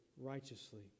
righteously